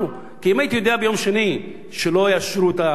אם הייתי יודע ביום שני שלא יאשרו את ההצמדה,